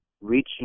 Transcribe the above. reaching